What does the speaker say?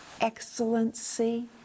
excellency